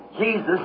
Jesus